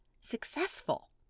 successful